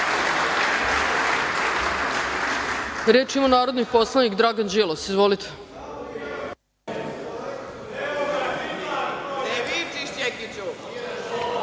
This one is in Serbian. Reč ima narodni poslanik Dragan Delić. Izvolite.